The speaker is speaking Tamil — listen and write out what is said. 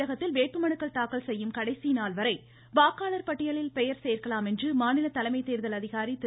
தமிழகத்தில் வேட்புமனுக்கள் தாக்கல் செய்யும் கடைசி நாள் வரை வாக்காளர் பட்டியலில் பெயர் சேர்க்கலாம் என்று மாநில தலைமை தேர்தல் அதிகாரி திரு